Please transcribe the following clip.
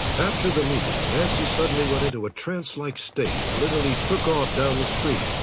after the meeting, nancy suddenly went into a trance-like state and literally took off down the street.